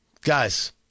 guys